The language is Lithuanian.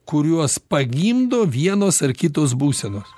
kuriuos pagimdo vienos ar kitos būsenos